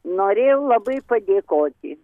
norėjau labai padėkoti